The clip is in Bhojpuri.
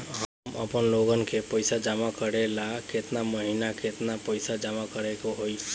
हम आपनलोन के पइसा जमा करेला केतना महीना केतना पइसा जमा करे के होई?